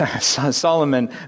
Solomon